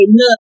look